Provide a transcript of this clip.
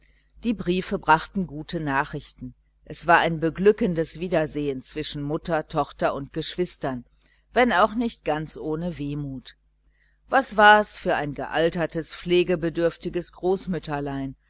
die briefe brachten gute nachrichten es war ein beglückendes wiedersehen zwischen mutter tochter und geschwistern wenn auch nicht ganz ohne wehmut was war es für ein gealtertes pflegebedürftiges